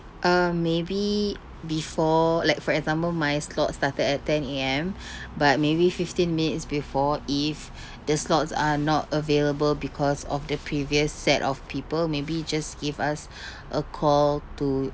um maybe before like for example my slot started at ten A_M but maybe fifteen minutes before if the slots are not available because of the previous set of people maybe just give us a call to